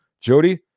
Jody